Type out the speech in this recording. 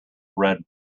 red